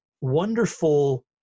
wonderful